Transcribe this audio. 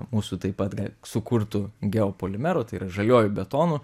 mūsų taip pat sukurtu geopolimeru tai yra žaliuoju betonu